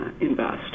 invest